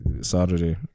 Saturday